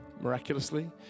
miraculously